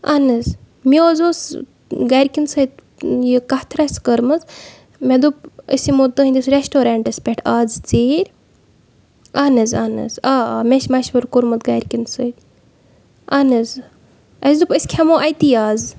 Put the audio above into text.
اَہن حظ مےٚ حظ اوس گرِ کیٚن سۭتۍ یہِ کَتھ رَژھ کٔرمٕژ مےٚ دوٚپ أسۍ یِمو تُہندِس ریسٹورینٹس پٮ۪ٹھ آز ژیٖر اَہن حظ اَہن حظ آ آ مےٚ چھِ مَشورٕ کوٚرمُت گرِکین سۭتۍ اَہن حظ اَسہِ دوٚپ أسۍ کھٮ۪مو اَتی آز